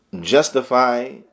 justify